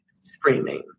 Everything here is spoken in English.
screaming